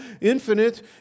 infinite